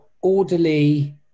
orderly